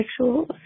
sexual